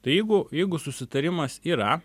tai jeigu jeigu susitarimas yra